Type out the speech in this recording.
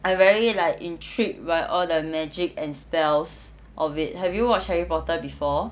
I very like intrigued by all the magic and spells of it have you watch harry porter before